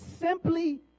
simply